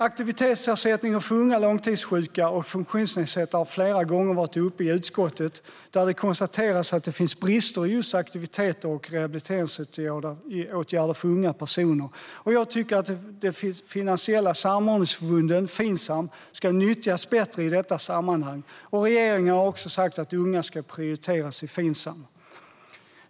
Aktivitetsersättningen för unga långtidssjuka och funktionsnedsatta har flera gånger varit uppe i utskottet, där det konstaterats att det finns brister just i fråga om aktiviteter och rehabiliteringsåtgärder för unga personer. Jag tycker att de finansiella samordningsförbunden, Finsam, ska nyttjas bättre i detta sammanhang. Regeringen har också sagt att unga ska prioriteras i Finsam.